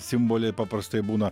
simboliai paprastai būna